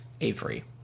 Avery